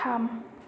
थाम